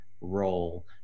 role